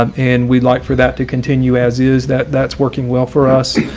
um and we'd like for that to continue as is that that's working well for us.